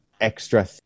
extra